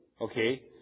okay